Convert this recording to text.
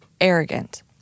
arrogant